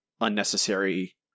unnecessary